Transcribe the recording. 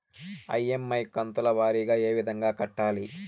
EMI కంతుల వారీగా ఏ విధంగా కట్టాలి